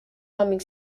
humming